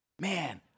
Man